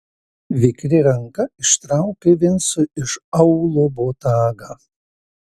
vikri ranka ištraukė vincui iš aulo botagą